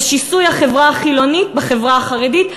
ושיסוי החברה החילונית בחברה החרדית,